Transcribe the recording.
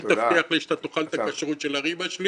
אם תבטיח לי שאתה תאכל את הכשרות של הריבה שלי